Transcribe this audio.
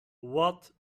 what